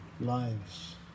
lives